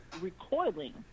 recoiling